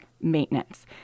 maintenance